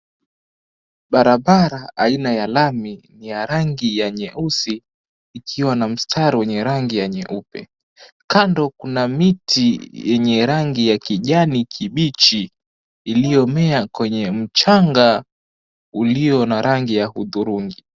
Barabara aina ya lami ya rangi nyeusi ikiwa na mistari wenye rangi ya nyeupe. Kando kuna miti yenye rangi ya kijani kibichi iliyomea kwenye mchanga ulio na rangi ya udhurungi.